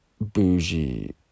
bougie